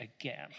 again